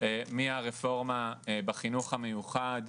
מהרפורמה בחינוך המיוחד,